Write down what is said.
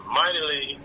mightily